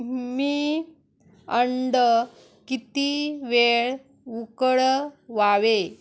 मी अंडं किती वेळ उकळवावे